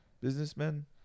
Businessmen